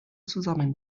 zusammen